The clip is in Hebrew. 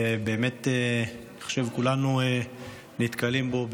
ואני חושב שכולנו נתקלים בו,